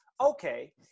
okay